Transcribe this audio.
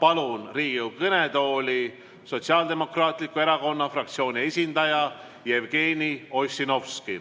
palun Riigikogu kõnetooli Eesti Sotsiaaldemokraatliku Erakonna fraktsiooni esindaja Jevgeni Ossinovski.